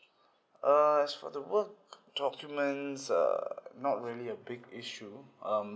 uh as for the work documents uh not really a big issue um